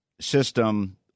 system